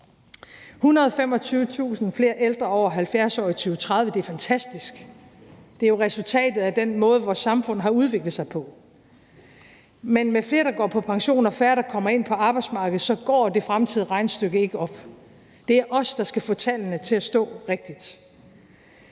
125.000 flere ældre over 70 år i 2030. Det er fantastisk. Det er jo resultatet af den måde, som vores samfund har udviklet sig på. Men med flere, der går på pension, og færre, der kommer ind på arbejdsmarkedet, går det fremtidige regnestykke ikke op. Det er os, der skal få tallene til at stå rigtigt.